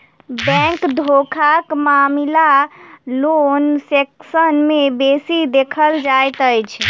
bank धोखाक मामिला loan section मे बेसी देखल जाइत अछि